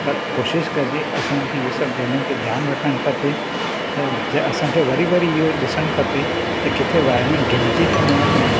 पर कोशिशि कजे असां खे इहे सभु ॻाल्हियुनि ते ध्यान रखण खपे त असांखे वरी वरी इहो ॾिसण खपे त किथे वाइरूं घिमिजी त न वयूं आहिनि